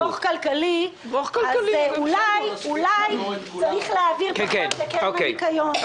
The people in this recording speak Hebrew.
אבל אם אנחנו בבְּרוֹך כלכלי אז אולי צריך להעביר פחות לקרן הניקיון,